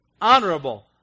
honorable